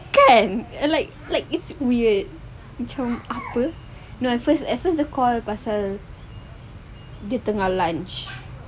kan like like it's weird macam apa no at first at first I call pasal dia tengah lunch